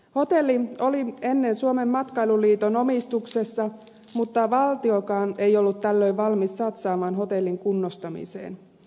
hotelli oli ennen suomen matkailuliiton omistuksessa mutta valtiokaan ei ollut tällöin valmis satsaamaan hotellin kunnostamiseen